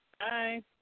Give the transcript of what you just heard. Hi